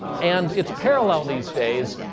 and it's parallel these days.